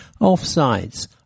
Offsides